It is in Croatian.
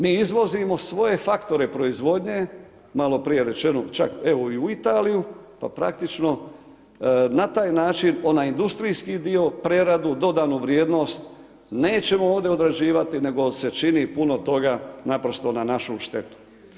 Mi izvozimo svoje faktore proizvodnje, maloprije rečeno čak evo i u Italiju, pa praktičko, na taj način, onaj industrijski dio, preradu, dodanu vrijednost, nećemo ovdje odrađivati nego se čini puno toga naprosto na našu štetu.